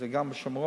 זה גם בשומרון,